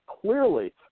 clearly